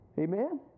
amen